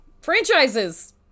Franchises